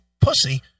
pussy